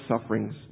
sufferings